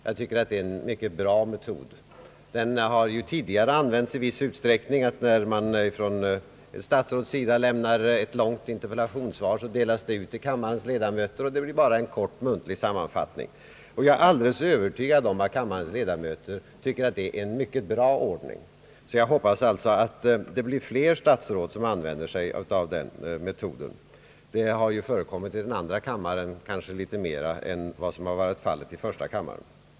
Jag tycker det är en mycket bra metod — som tidigare har använts i viss utsträckning — att, när ett statsråd har ett långt interpellationssvar att lämna, i förväg låta dela ut detta och sedan bara lämna en kort muntlig sammanfattning av det. Jag är helt övertygad om att kammarens ledamöter tycker att detta är en mycket bra ordning. Jag boppas alltså att fler statsråd kommer att tillämpa denna metod. Det har kanske förekommit i större omfattning i andra kammaren än i denna kammare.